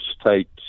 states